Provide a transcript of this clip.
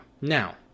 Now